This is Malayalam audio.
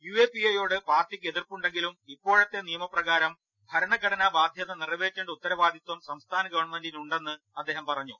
യു എ പി എയോട് പാർട്ടിക്ക് എതിർപ്പുണ്ടെങ്കിലും ഇപ്പോഴത്തെ നിയമപ്രകാരം ഭരണഘടനാ ബാധ്യത നിറവേറ്റേണ്ട ഉത്തരവാദിത്വം സംസ്ഥാന ഗവൺമെന്റിനുണ്ടെന്ന് അദ്ദേഹം പറഞ്ഞു